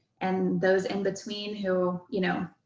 and those in between, who, you know,